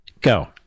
Go